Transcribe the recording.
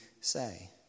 say